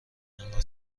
انقدر